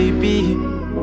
baby